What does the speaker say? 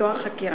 לפתוח חקירה?